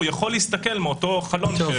הוא יכול להסתכל מהחלון.